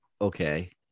okay